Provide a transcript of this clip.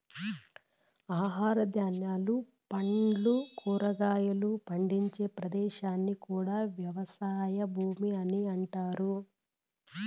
ఆహార ధాన్యాలు, పండ్లు, కూరగాయలు పండించే ప్రదేశాన్ని కూడా వ్యవసాయ భూమి అని అంటారు